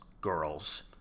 girls